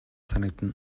санагдана